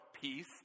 peace